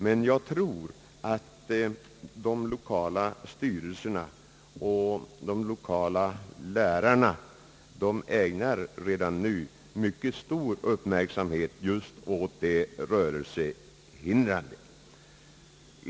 Men jag tror att de lokala styrelserna och de lokala lärarna redan nu ägnar mycket stor uppmärksamhet åt de rörelsehindrade.